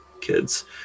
kids